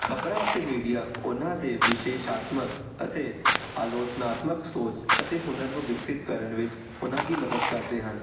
ਖਬਰਾਂ ਅਤੇ ਮੀਡੀਆ ਉਹਨਾਂ ਦੇ ਵਿਸ਼ੇਸ਼ਆਤਮਕ ਅਤੇ ਆਲੋਚਨਾਤਮਕ ਸੋਚ ਅਤੇ ਹੁਨਰ ਨੂੰ ਵਿਕਸਿਤ ਕਰਨ ਵਿੱਚ ਉਨ੍ਹਾਂ ਦੀ ਮਦਦ ਕਰਦੇ ਹਨ